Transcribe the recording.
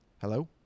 Hello